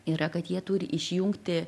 yra kad jie turi išjungti